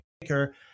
Maker